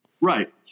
Right